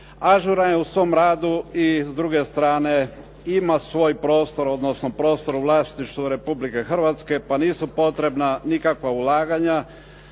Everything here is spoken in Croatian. Ažuran je u svom radu i s druge strane ima svoj prostor odnosno prostor u vlasništvu Republike Hrvatske pa nisu potrebna nikakva ulaganja